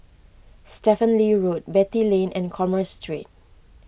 Stephen Lee Road Beatty Lane and Commerce Street